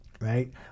Right